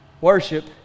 worship